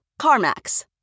CarMax